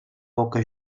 boca